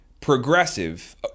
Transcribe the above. progressive